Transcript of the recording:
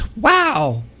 Wow